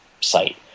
site